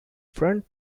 front